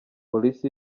polisi